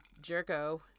jerko